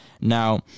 Now